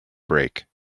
break